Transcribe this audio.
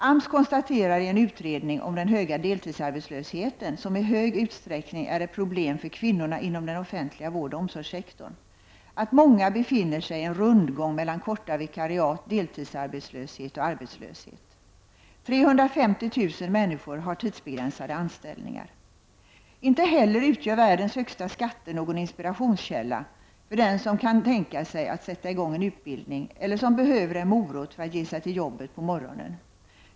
AMS konstaterar i en utredning om den höga deltidsarbetslösheten, som i hög utsträckning är ett problem för kvinnorna inom den offentliga vårdoch omsorgssektorn, att många befinner sig i en rundgång mellan korta vikariat, deltidsarbetslöshet och arbetslöshet. 350 000 människor har tidsbegränsade anställningar. Inte heller utgör världens högsta skatter någon inspirationskälla för den som kan tänka sig att sätta i gång en utbildning eller som behöver en morot för att ge sig till jobbet på morgonen.